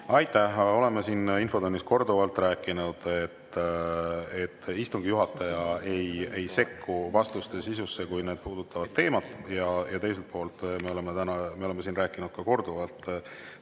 Aitäh! Me oleme siin infotunnis korduvalt rääkinud, et istungi juhataja ei sekku vastuste sisusse, kui need puudutavad teemat. Teiselt poolt me oleme rääkinud täna ja [ennegi] korduvalt